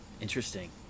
Interesting